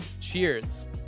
cheers